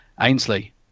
Ainsley